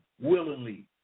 willingly